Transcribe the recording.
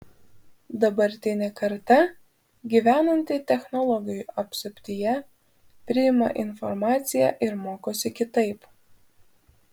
dabartinė karta gyvenanti technologijų apsuptyje priima informaciją ir mokosi kitaip